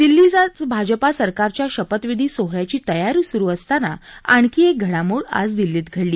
दिल्लीत आज भाजपा सरकारच्या शपथविधी सोहळ्याची तयारी सुरु असताना आणखी एक घडामोड आज दिल्लीत घडली